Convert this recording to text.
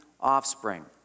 offspring